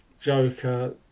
Joker